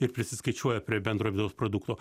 ir prisiskaičiuoja prie bendro vidaus produkto